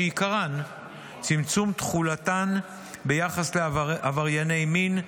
שעיקרם צמצום תחולתן ביחס לעברייני מין,